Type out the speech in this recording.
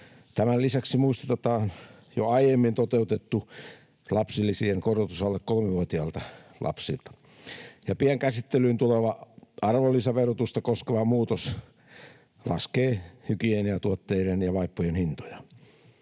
Tämän lisäksi muistutetaan, että jo aiemmin on toteutettu lapsilisien korotus alle kolmivuotiailta lapsilta, ja pian käsittelyyn tuleva arvonlisäverotusta koskeva muutos laskee hygieniatuotteiden ja vaippojen hintoja.